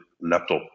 laptop